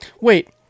Wait